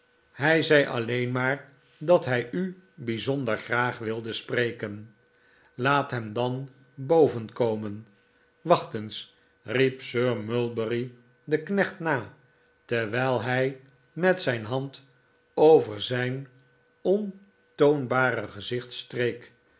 hij zei alleen maar dat hij u bijzonder graag wilde spreken laat hem dan boven komen wacht eens riep sir mulberry den knecht na terwijl hij met zijn hand over zijn ontoonbare gezicht streek